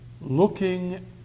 looking